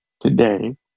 today